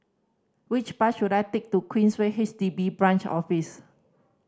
which bus should I take to Queensway H D B Branch Office